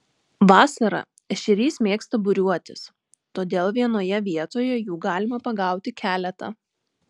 vasarą ešerys mėgsta būriuotis todėl vienoje vietoje jų galima pagauti keletą